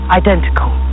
identical